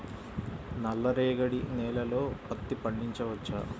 నల్ల రేగడి నేలలో పత్తి పండించవచ్చా?